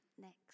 next